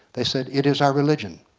they said, it is our religion.